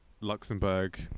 luxembourg